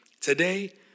Today